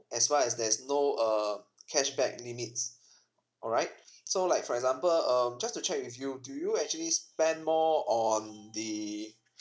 as well as there's no uh cashback limits alright so like for example um just to check with you do you actually spend more on the